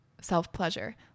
self-pleasure